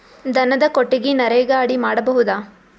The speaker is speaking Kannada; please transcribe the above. ದನದ ಕೊಟ್ಟಿಗಿ ನರೆಗಾ ಅಡಿ ಮಾಡಬಹುದಾ?